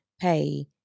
pay